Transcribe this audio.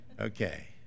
Okay